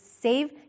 save